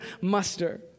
muster